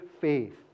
faith